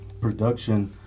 production